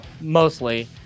mostly